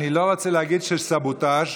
אני לא רוצה להגיד שזה סבוטז',